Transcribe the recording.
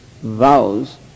vows